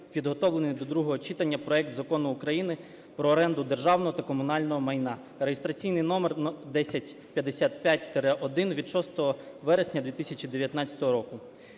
підготовлений до другого читання проект Закону України про оренду державного та комунального майна (реєстраційний номер 1055-1) від 6 вересня 2019 року,